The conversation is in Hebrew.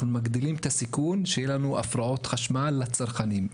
אנחנו מגדילים את הסיכון שיהיו לנו הפרעות חשמל לצרכנים.